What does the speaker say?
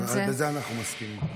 בזה אנחנו מסכימים.